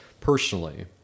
personally